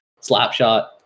Slapshot